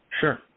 Sure